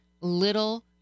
little